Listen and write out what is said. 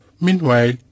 meanwhile